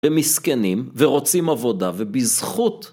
ומסכנים ורוצים עבודה ובזכות